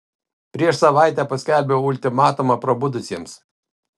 prieš savaitę paskelbiau ultimatumą prabudusiesiems